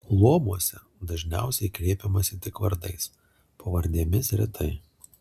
luomuose dažniausiai kreipiamasi tik vardais pavardėmis retai